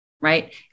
right